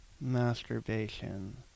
masturbation